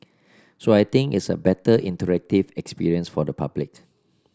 so I think it's a better interactive experience for the public